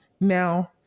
now